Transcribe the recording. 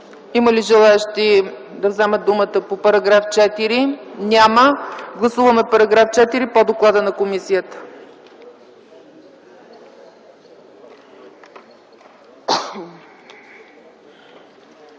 Има ли желаещи да вземат думата по § 4? Няма. Гласуваме § 4 по доклада на комисията.